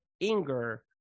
anger